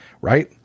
Right